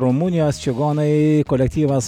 rumunijos čigonai kolektyvas